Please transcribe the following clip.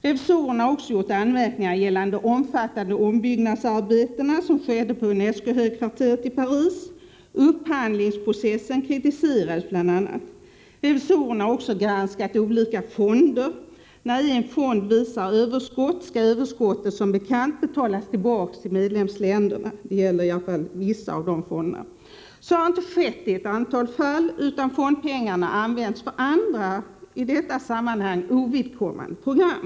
Revisorerna har också gjort anmärkningar gällande de omfattande ombyggnadsarbeten som skedde i UNESCO-högkvarteret i Paris. Upphandlingsprocessen kritiserades bl.a. Revisorerna har också granskat olika fonder. När en fond visar överskott skall överskottet som bekant betalas tillbaka till medlemsländerna. Det gäller i varje fall vissa fonder. Så har inte skett i ett antal fall utan fondpengarna har använts för andra, i detta sammanhang ovidkommande program.